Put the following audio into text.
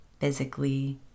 physically